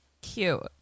Cute